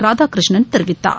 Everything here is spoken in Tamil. ராதாகிருஷ்ணன் தெரிவித்தார்